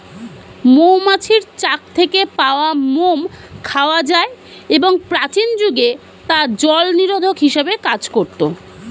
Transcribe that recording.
মৌমাছির চাক থেকে পাওয়া মোম খাওয়া যায় এবং প্রাচীন যুগে তা জলনিরোধক হিসেবে কাজ করত